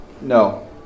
no